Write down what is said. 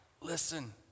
Listen